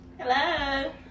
Hello